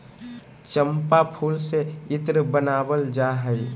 चम्पा फूल से इत्र बनावल जा हइ